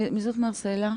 מי זאת מרסלה?